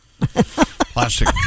Plastic